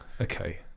okay